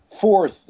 fourth